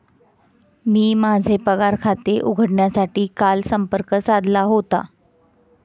मी माझे पगार खाते उघडण्यासाठी काल संपर्क साधला होता